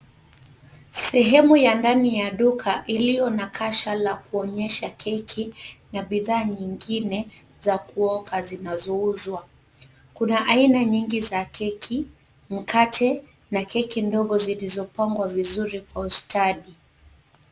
Sehemu ya ndani ya duka, iliyo na kasha la kuonyesha keki na bidhaa nyingine za kuoka zinazouzwa. Kuna aina nyingi za keki, mkate na keki ndogo zilizopangwa vizuri kwa ustadi.